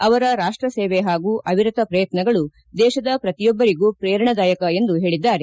ಅವರ ರಾಷ್ಷ ಸೇವೆ ಹಾಗೂ ಅವಿರತ ಪ್ರಯತ್ನಗಳು ದೇಶದ ಪ್ರತಿಯೊಬ್ಬರಿಗೂ ಪ್ರೇರಣದಾಯಕ ಎಂದು ಹೇಳಿದ್ದಾರೆ